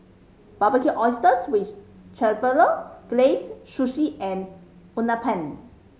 Barbecued Oysters with Chipotle Glaze Sushi and Uthapam